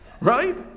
right